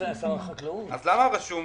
אז למה כתוב: